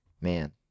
man